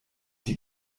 die